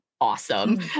Awesome